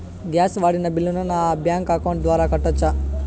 Gas వాడిన బిల్లును నా బ్యాంకు అకౌంట్ ద్వారా కట్టొచ్చా?